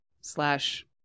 slash